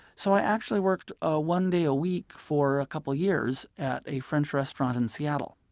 so i actually worked ah one day a week for a couple years at a french restaurant in seattle.